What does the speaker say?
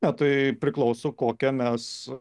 na tai priklauso kokią mes